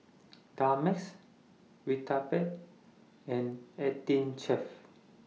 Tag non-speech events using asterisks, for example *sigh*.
*unintelligible* Vitapet and eighteen Chef